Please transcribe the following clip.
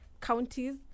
counties